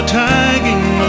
tagging